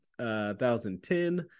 2010